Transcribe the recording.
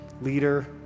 Leader